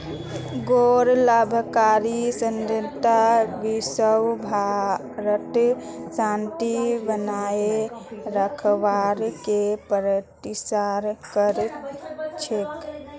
गैर लाभकारी संस्था विशव भरत शांति बनए रखवार के प्रयासरत कर छेक